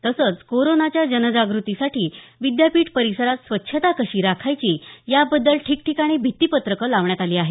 तसंच कोरोनाच्या जनजाग्रतीसाठी विद्यापीठ परिसरात स्वच्छता कशी राखायची याबद्दल ठिकठिकाणी भित्तीपत्रके लावण्यात आली आहेत